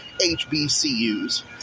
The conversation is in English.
HBCUs